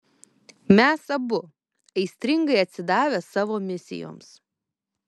mes abu aistringai atsidavę savo misijoms